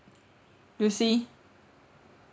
you see